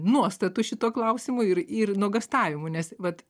nuostatų šituo klausimu ir ir nuogąstavimų nes vat